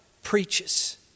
preaches